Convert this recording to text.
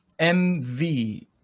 MV